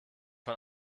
von